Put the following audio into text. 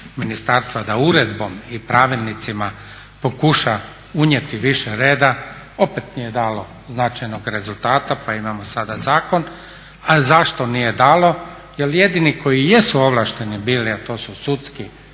ministarstva da uredbom i pravilnicima pokuša unijeti više reda opet nije dalo značajnog rezultata pa imamo sada zakon. A zašto nije dalo? Jer jedini koji jesu ovlašteni bili, a to su sudski